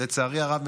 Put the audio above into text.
לצערי הרב,